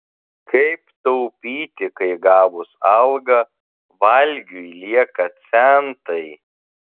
kaip taupyti kai gavus algą valgiui lieka centai